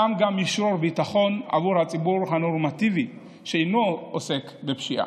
שם גם ישרור ביטחון בעבור הציבור הנורמטיבי שאינו עוסק בפשיעה.